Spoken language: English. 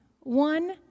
One